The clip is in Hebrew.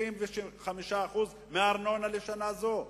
75% מהארנונה לשנה זו.